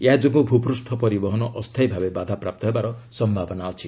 ଏହା ଯୋଗୁଁ ଭୂପୃଷ୍ଠ ପରିବହନ ଅସ୍ଥାୟୀ ଭାବେ ବାଧାପ୍ରାପ୍ତ ହେବାର ସମ୍ଭାବନା ଅଛି